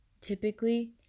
typically